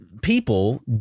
people